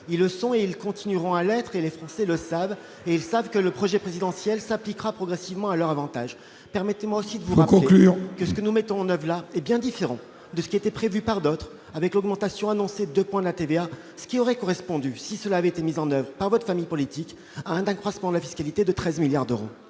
ils le sont, ils continueront à l'être, et les Français le savent et ils savent que le projet présidentiel s'appliquera progressivement à leur Avantage, permettez-moi si tu vois conclure que ce que nous mettons là est bien différent de ce qui était prévu par d'autres, avec l'augmentation annoncée 2 points de la TVA, ce qui aurait correspondu si cela avait été mise en oeuvre par votre famille politique d'accroissement de la fiscalité de 13 milliards d'euros.